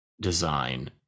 design